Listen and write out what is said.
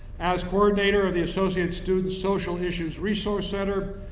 as coordinator of the associated students social issues resource center,